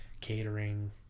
catering